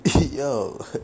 yo